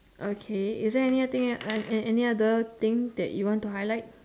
okay is there any other thing uh any other thing that you want to highlight